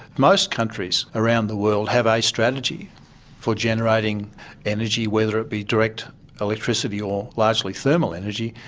most countries around the world have a strategy for generating energy, whether it be direct electricity or largely thermal energy,